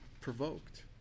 provoked